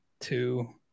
two